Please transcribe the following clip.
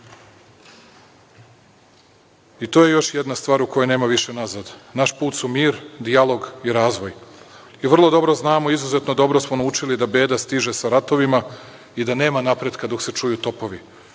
je još jedna stvar u kojoj nema više nazad. Naš put su mir, dijalog i razvoj. Vrlo dobro znamo, izuzetno dobro smo naučili da beda stiže sa ratovima i da nema napretka dok se čuju topovi.